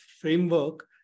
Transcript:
framework